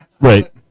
right